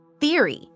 theory